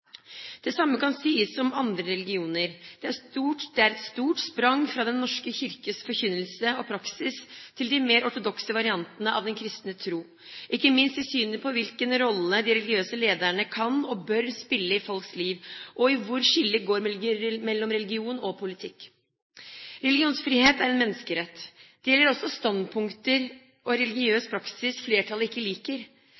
Det samme kan sies om andre religioner. Det er et stort sprang fra Den norske kirkes forkynnelse og praksis til de mer ortodokse variantene av den kristne tro, ikke minst i synet på hvilken rolle de religiøse lederne kan og bør spille i folks liv, og i hvor skillet går mellom religion og politikk. Religionsfrihet er en menneskerett. Det gjelder også standpunkter og